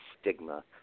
stigma